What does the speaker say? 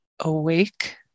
awake